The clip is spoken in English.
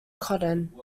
cotton